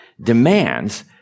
demands